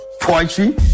poetry